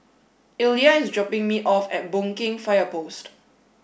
Illya is dropping me off at Boon Keng Fire Post